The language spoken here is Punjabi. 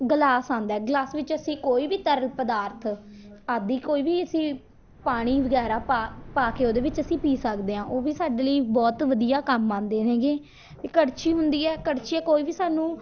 ਗਲਾਸ ਆਉਂਦਾ ਗਲਾਸ ਵਿੱਚ ਅਸੀਂ ਕੋਈ ਵੀ ਤਰਲ ਪਦਾਰਥ ਆਦਿ ਕੋਈ ਵੀ ਅਸੀਂ ਪਾਣੀ ਵਗੈਰਾ ਪਾ ਪਾ ਕੇ ਉਹਦੇ ਵਿੱਚ ਅਸੀਂ ਪੀ ਸਕਦੇ ਹਾਂ ਉਹ ਵੀ ਸਾਡੇ ਲਈ ਬਹੁਤ ਵਧੀਆ ਕੰਮ ਆਉਂਦਾ ਨੇਗੇ ਅਤੇ ਕੜਛੀ ਹੁੰਦੀ ਹੈ ਕੜਛੀਆਂ ਕੋਈ ਵੀ ਸਾਨੂੰ